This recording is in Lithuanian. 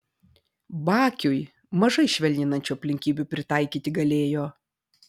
bakiui mažai švelninančių aplinkybių pritaikyti galėjo